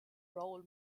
roll